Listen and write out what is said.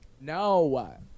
no